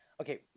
okay